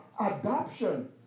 Adoption